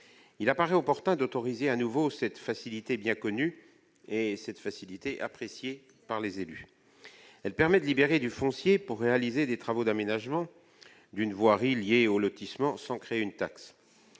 Il apparaît opportun d'autoriser à nouveau cette facilité bien connue et appréciée des élus. Elle permet de libérer du foncier pour réaliser les travaux d'aménagement d'une voirie dans un lotissement sans pour autant